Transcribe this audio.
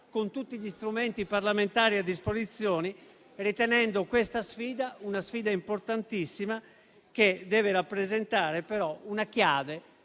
con tutti gli strumenti parlamentari a disposizione, ritenendo questa una sfida importantissima che deve rappresentare, però, una chiave